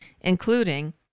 including